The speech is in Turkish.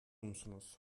musunuz